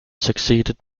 succeeded